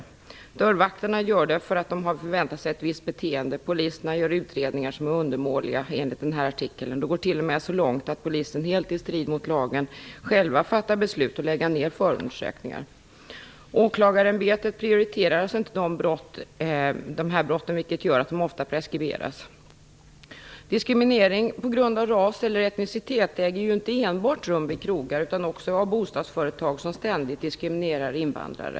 Enligt artikeln gör dörrvakterna sådant därför att de har förväntat sig ett visst beteende, och polisen gör utredningar som är undermåliga. Det går t.o.m. så långt att polisen helt i strid med lagen själv fattar beslut om att lägga ned förundersökningen. Åklagarämbetet prioriterar inte de här brotten, vilket gör att de ofta preskriberas. Diskriminering på grund av ras eller etniskt ursprung äger inte enbart rum vid krogar utan utövas också av bostadsföretag som ständigt diskriminerar invandrare.